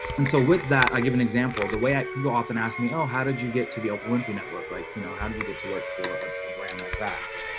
and so with that, i give an example, the way i can go off and asked me. oh, how did you get to the oprah winfrey network, like, you know, how did you get to work for a brand like that.